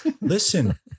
listen